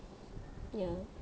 ya